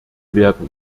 werden